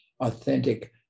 authentic